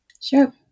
Sure